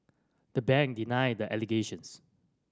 the bank denied the allegations